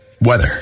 weather